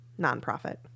nonprofit